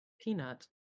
Peanut